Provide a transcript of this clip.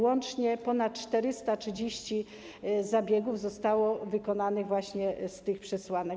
Łącznie ponad 430 zabiegów zostało wykonanych właśnie z tych przesłanek.